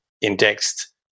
indexed